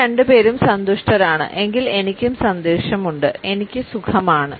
നിങ്ങൾ രണ്ടുപേരും സന്തുഷ്ടരാണ് എങ്കിൽ എനിക്കും സന്തോഷമുണ്ട് എനിക്ക് സുഖമാണ്